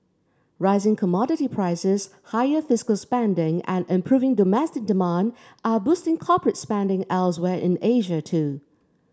rising commodity prices higher fiscal spending and improving domestic demand are boosting corporate spending elsewhere in Asia too